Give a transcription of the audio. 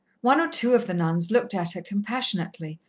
one or two of the nuns looked at her compassionately,